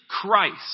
Christ